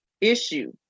issue